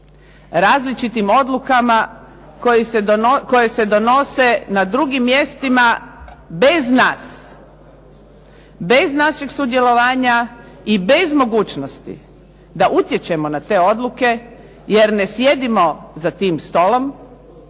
različitim odlukama koje se donose na drugim mjestima bez nas, bez našeg sudjelovanja i bez mogućnosti da utječemo na te odluke, jer ne sjedimo za tim stolom,